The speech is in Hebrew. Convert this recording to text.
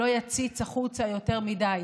שלא יציץ החוצה יותר מדי.